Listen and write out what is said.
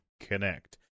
connect